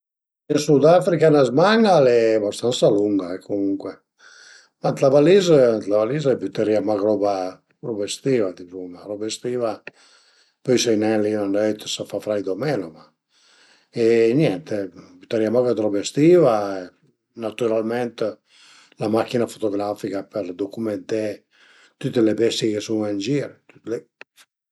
Prima dë tüt a i va a i va ël butun adatto për la tua camiza e pöi niente, ël fil e l'agücia anche li deve cerché ël material giüst e niente a s'cüs fazent pasé prima ël fil ën paira dë volte e pöi t'infile ël butun ëndrinta a l'agücia e pöi pian pianot tire fora dal butun e faze pasé ël fil e pöi t'ie faze ël grup final da suta, da l'interno, nen da l'esterno